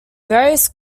various